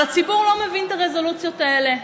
אבל הציבור לא מבין את הרזולוציות האלה.